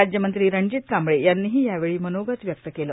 राज्यमंत्री रणजित कांबळे यांनीही यावेळी मनोगत व्यक्त केले